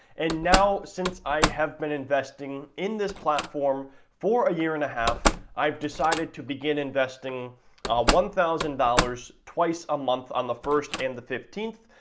and now, since i have been investing in this platform for a year and a half i've decided to begin investing one thousand dollars twice a month on the first and the fifteenth.